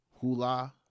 hula